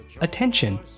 Attention